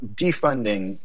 defunding